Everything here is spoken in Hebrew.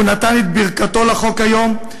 והוא נתן את ברכתו לחוק היום.